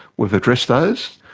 we've addressed those.